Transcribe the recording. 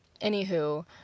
Anywho